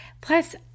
Plus